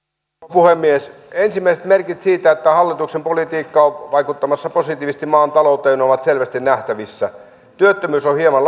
puhemies ensimmäiset merkit siitä että hallituksen politiikka on vaikuttamassa positiivisesti maan talouteen ovat selvästi nähtävissä työttömyys on hieman